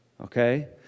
Okay